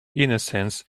innocence